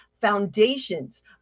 Foundations